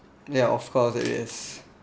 ya of course it is